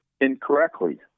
incorrectly